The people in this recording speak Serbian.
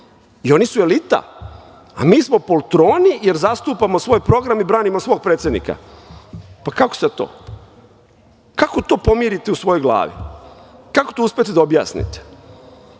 Oni su elita, a mi smo poltroni, jer zastupamo svoj program i branimo svog predsednika. Pa, kako sada to? Kako to pomirite u svojoj glavi? Kako to uspete da objasnite? Dakle,